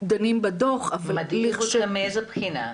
דנים בדו"ח --- מדאיג מאיזו בחינה?